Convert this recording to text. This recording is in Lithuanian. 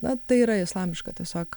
na tai yra islamiška tiesiog